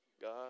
God